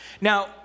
Now